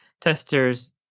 testers